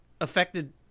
affected